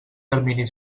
termini